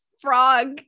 frog